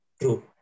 True